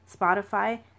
Spotify